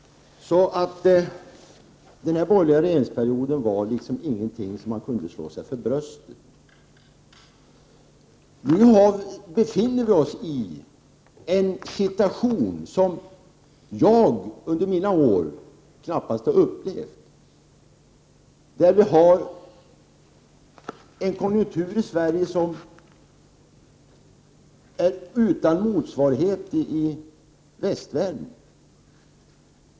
Den borgerliga regeringsperioden är alltså ingenting som man kan slå sig för bröstet för. Nu befinner vi i Sverige oss i en situation som jag under mina år i riksdagen knappast tidigare har upplevt. Konjunkturen i Sverige är nästan utan motsvarighet i västvärlden.